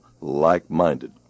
like-minded